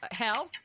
Hell